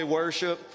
worship